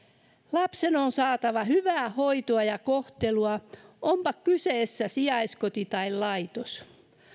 lapsen on saatava hyvää hoitoa ja kohtelua onpa kyseessä sijaiskoti tai laitos